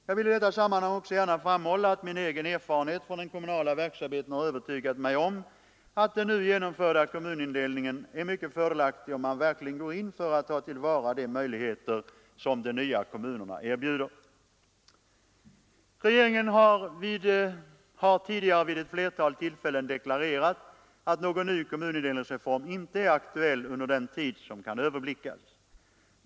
Jag vill i detta sammanhang också gärna framhålla, att min egen erfarenhet från den kommunala verksamheten har övertygat mig om att den nu genomförda kommunindelningen är mycket fördelaktig om man verkligen går in för att ta till vara de möjligheter, som de nya kommunerna erbjuder. Regeringen har tidigare vid ett flertal tillfällen deklarerat att någon ny kommunindelningsreform inte är aktuell under den tid som kan överblickas.